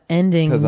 ending